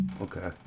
Okay